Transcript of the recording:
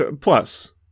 Plus